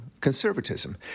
conservatism